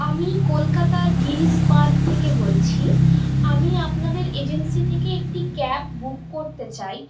আমি কলকাতার গিরিশ পার্ক থেকে বলছি আমি আপনাদের এজেন্সি থেকে একটি ক্যাব বুক করতে চাই